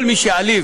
כל מי שיעליב